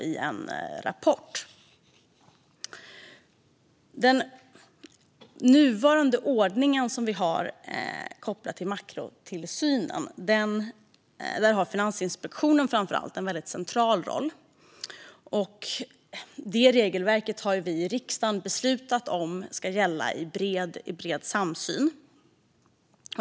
I vår nuvarande ordning för makrotillsynen har framför allt Finansinspektionen en väldigt central roll. Vi i riksdagen har beslutat att regelverket ska gälla med bred samsyn.